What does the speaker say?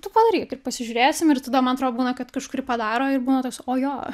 tu padaryk ir pasižiūrėsim ir tada man atro būna kad kažkuri padaro ir būna toks o jo